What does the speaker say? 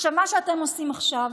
מה שאתם עושים עכשיו